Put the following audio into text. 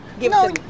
No